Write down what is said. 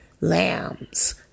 lambs